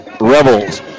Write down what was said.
Rebels